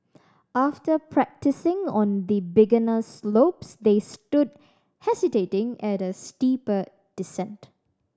after practising on the beginner slopes they stood hesitating at a steeper descent